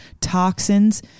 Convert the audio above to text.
toxins